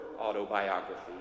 autobiography